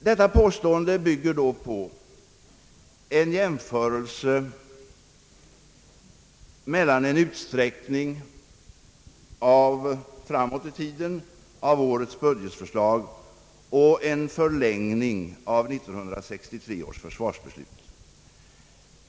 Detta påstående bygger då på en jämförelse mellan en utsträckning framåt i tiden av årets budgetförslag och en förlängning av 1963 års försvarsbeslut.